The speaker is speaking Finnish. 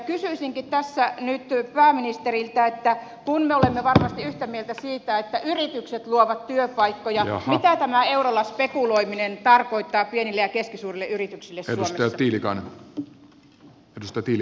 kysyisinkin tässä nyt pääministeriltä että kun me olemme varmasti yhtä mieltä siitä että yritykset luovat työpaikkoja niin mitä tämä eurolla spekuloiminen tarkoittaa pienille ja keskisuurille yrityksille suomessa